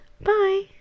Bye